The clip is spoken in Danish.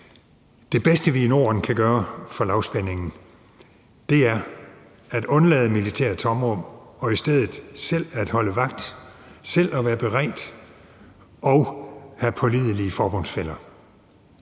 Det bedste, vi i Norden kan gøre for lavspændingen, er at undlade militære tomrum og i stedet selv at holde vagt, selv at være beredt og at have pålidelige forbundsfæller.